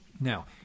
Now